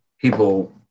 people